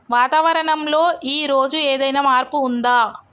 వాతావరణం లో ఈ రోజు ఏదైనా మార్పు ఉందా?